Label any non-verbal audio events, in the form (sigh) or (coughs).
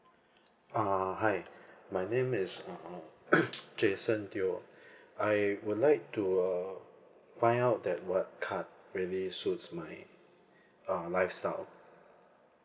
uh my name is uh (coughs) jason teo I would like to uh find out that what card really suits my uh lifestyle